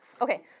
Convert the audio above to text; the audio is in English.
Okay